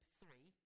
three